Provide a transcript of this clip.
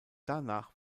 danach